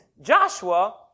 Joshua